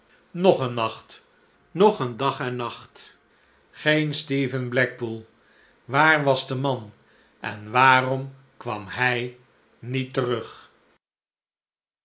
dag en nacht en wederom een dag en nacht geen stephen blackpool waar was de man en waarom kwam hij niet terug